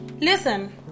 listen